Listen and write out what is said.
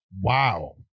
Wow